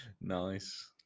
Nice